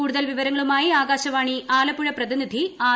കൂടുതൽ വിവരങ്ങളുമായി ആകാശവാണി ആലപ്പുഴ പ്രതിനിധി ആർ